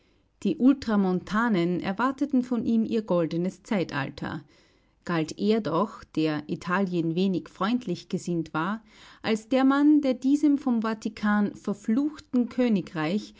die ultramontanen erwarteten von ihm ihr goldenes zeitalter galt er doch der italien wenig freundlich gesinnt war als der mann der diesem vom vatikan verfluchten königreich